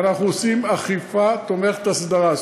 ואנחנו עושים אכיפה תומכת-הסדרה.